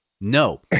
No